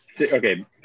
okay